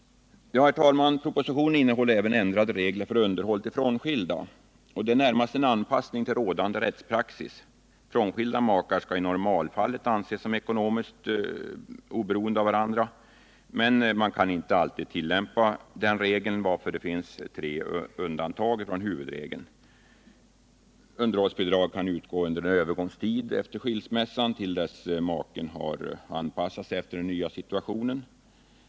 Herr talman! Propositionen innehåller även ändrade regler för underhåll till frånskilda, och här rör det sig närmast om en anpassning till rådande rättspraxis. Frånskilda makar skall i normalfallet anses som ekonomiskt oberoende av varandra. Denna huvudregel kan emellertid inte alltid Nr 53 tillämpas, varför förslaget innehåller tre undantag. För det första kan underhållsbidrag utgå under en övergångstid efter skilsmässa, till dess maken anpassat sig till den nya situationen.